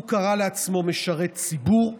הוא קרא לעצמו "משרת ציבור".